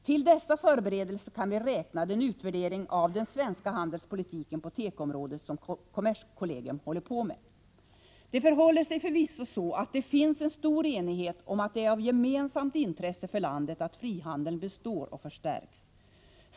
Till dessa förberedelser kan vi räkna den utvärdering av den svenska handelspolitiken på tekoområdet som kommerskollegium håller på med. Det förhåller sig förvisso så att det finns en stor enighet om att det är av gemensamt intresse för landet att frihandeln består och förstärks.